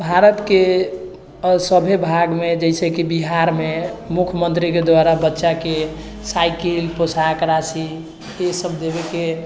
भारतके सब भागमे जइसे कि बिहारमे मुख्यमन्त्रीके द्वारा बच्चाके साइकिल पोशाक राशि ईसब देबैके